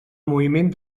moviment